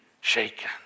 shaken